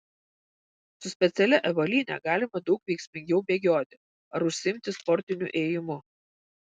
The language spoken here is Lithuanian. su specialia avalyne galima daug veiksmingiau bėgioti ar užsiimti sportiniu ėjimu